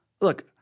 look